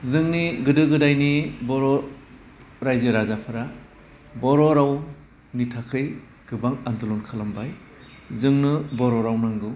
जोंनि गोदो गोदायनि बर' रायजो राजाफ्रा बर' रावनि थाखाय गोबां आन्दालन खालामबाय जोंनो बर' राव नांगौ